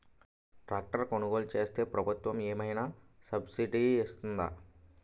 Tractor కొనుగోలు చేస్తే ప్రభుత్వం ఏమైనా సబ్సిడీ ఇస్తుందా?